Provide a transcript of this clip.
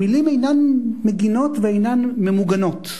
המלים אינן מגינות ואינן ממוגנות.